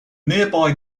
nearby